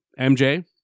MJ